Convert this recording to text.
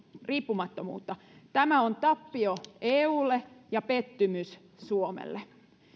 riippumattomuutta tämä on tappio eulle ja pettymys suomelle